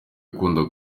akunda